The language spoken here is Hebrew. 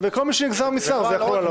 ועל כל מי שנגזר משר זה יחול.